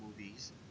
movies